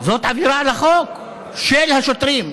זאת עבירה על החוק של השוטרים.